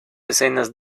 escenas